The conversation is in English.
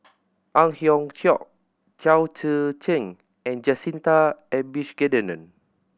Ang Hiong Chiok Chao Tzee Cheng and Jacintha Abisheganaden